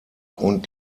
und